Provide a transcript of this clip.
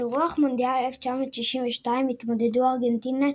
על אירוח מונדיאל 1962 התמודדו ארגנטינה,